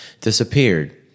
disappeared